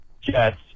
Jets